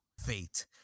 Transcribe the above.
Fate